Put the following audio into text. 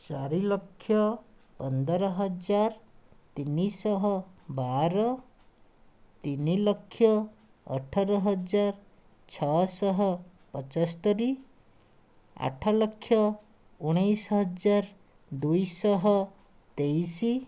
ଚାରିଲକ୍ଷ ପନ୍ଦର ହଜାର ତିନିଶହ ବାର ତିନିଲକ୍ଷ ଅଠର ହଜାର ଛଅଶହ ପଞ୍ଚସ୍ତୋରୀ ଆଠଲକ୍ଷ ଉଣେଇଶହ ହଜାର ଦୁଇଶହ ତେଇଶି